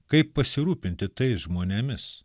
kaip pasirūpinti tais žmonėmis